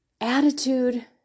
attitude